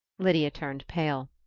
lydia turned pale.